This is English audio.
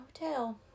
Hotel